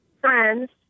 friends